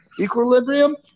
Equilibrium